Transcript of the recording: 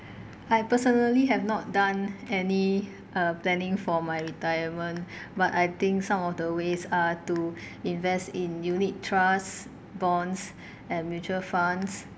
personally have not done any uh planning for my retirement but I think some of the ways are to invest in unit trust bonds and mutual funds